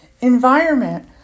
environment